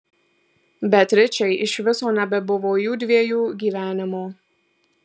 beatričei iš viso nebebuvo jųdviejų gyvenimo